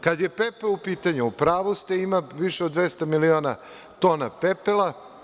Kad je pepeo u pitanju, u pravu ste, ima više od 200 miliona tona pepela.